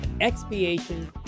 expiation